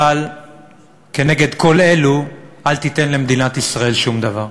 אבל כנגד כל אלו אל תיתן למדינת ישראל שום דבר.